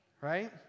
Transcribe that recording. right